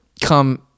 come